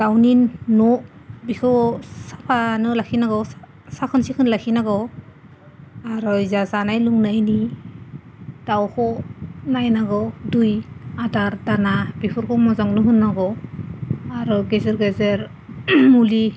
दाउनि न' बेखौ साफा न' लाखिनांगौ साखोन सिखोन लाखिनांगौ आरो ओजा जानाय लोंनायनि दाउखौ नायनांगौ दै आदार दाना बेफोरखौ आरो गेजेर गेजेर मुलि